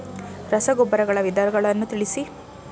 ರಸಗೊಬ್ಬರಗಳ ವಿಧಗಳನ್ನು ತಿಳಿಸಿ?